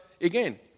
again